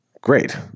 great